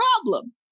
problem